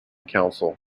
council